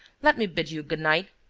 let me bid you good night.